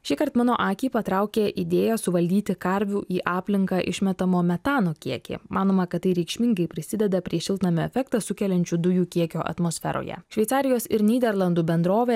šįkart mano akį patraukė idėja suvaldyti karvių į aplinką išmetamo metano kiekį manoma kad tai reikšmingai prisideda prie šiltnamio efektą sukeliančių dujų kiekio atmosferoje šveicarijos ir nyderlandų bendrovė